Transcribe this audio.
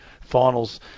finals